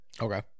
Okay